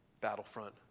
battlefront